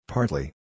Partly